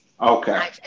Okay